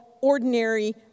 ordinary